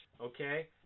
okay